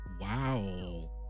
Wow